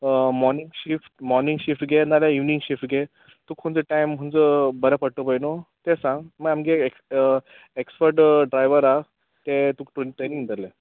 morning shift morning shift घे नाल्यार evening shift घे तुका खंयचो टायम खंयचो बर पडटलो पळय न्हय तें सांग मागीर आमगे एक्स एक्स्पट ड्रायवर आसा ते तुका पळोवन ट्रेनींग दितले